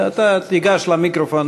אתה תיגש למיקרופון,